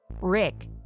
Rick